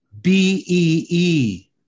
B-E-E